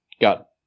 got